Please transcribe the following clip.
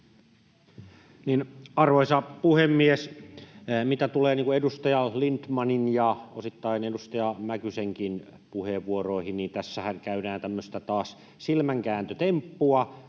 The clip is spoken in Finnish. Arvoisa puhemies! Mitä tulee edustaja Lindtmanin ja osittain edustaja Mäkysenkin puheenvuoroihin, niin tässähän käydään taas tämmöistä silmänkääntötemppua,